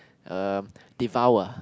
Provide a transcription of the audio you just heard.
um devour